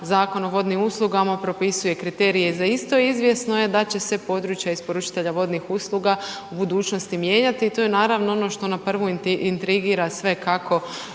Zakon o vodnim uslugama propisuje kriterije za isto, izvjesno je da će se područja isporučitelja vodnih usluga u budućnosti mijenjati i to je naravno ono što na prvu intrigira sve kako